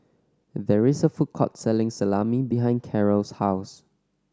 there is a food court selling Salami behind Carrol's house